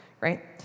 right